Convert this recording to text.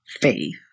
faith